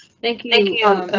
thank you, thank you.